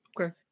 okay